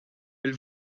bil